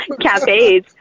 cafes